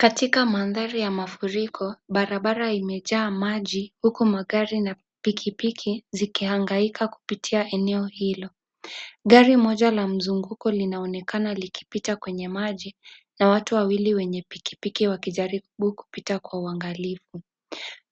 Katika mandhari ya mafuriko barabara imejaa maji huku magari na pikipiki zikihangaika kupitia eneo hilo, gari moja la msunguko linaonekana a likipita kwenye maji na watu wawili wenye pikipiki wakijaribu kupita kwa uangalifu,